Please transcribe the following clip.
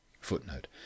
Footnote